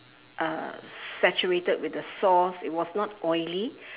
uh saturated with the sauce it was not oily